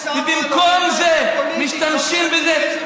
במקום זה משתמשים בזה,